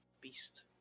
beast